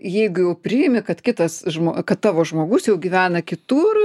jeigu jau priimi kad kitas žmo kad tavo žmogus jau gyvena kitur